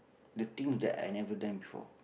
the things that I never done before